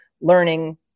learning –